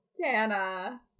Tana